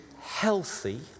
healthy